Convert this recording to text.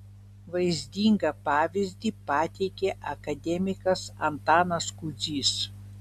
vaizdingą pavyzdį pateikė akademikas antanas kudzys